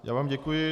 Já vám děkuji.